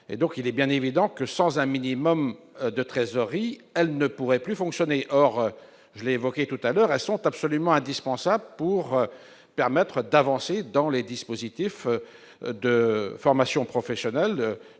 est donc bien évident que, sans un minimum de trésorerie, elles ne pourraient plus fonctionner. Or, comme je l'ai dit tout à l'heure, elles sont absolument indispensables pour permettre le développement des dispositifs de formation professionnelle,